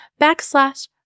backslash